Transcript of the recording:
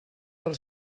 del